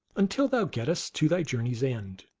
until thou gettest to thy journey s end.